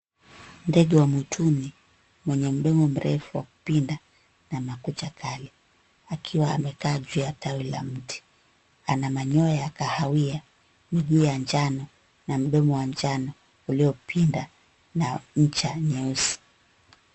Ndege wa mwituni mwenye mdomo mrefu kupinda na makucha kali. Akiwa ameketi juu ya tawi la mti. Ana manyoya ya kahawia, miguu ya njano na mdomo wa njano uliopinda na ncha nyeusi.